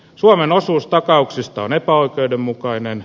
suomen osuus takauksista on epäoikeudenmukainen